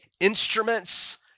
instruments